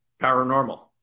paranormal